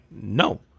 no